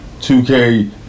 2K